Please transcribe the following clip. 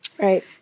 Right